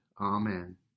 Amen